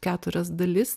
keturias dalis